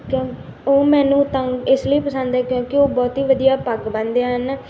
ਕਿਉਂ ਉਹ ਮੈਨੂੰ ਤਾਂ ਇਸ ਲਈ ਪਸੰਦ ਹੈ ਕਿਉਂਕਿ ਉਹ ਬਹੁਤ ਹੀ ਵਧੀਆ ਪੱਗ ਬੰਨਦੇ ਹਨ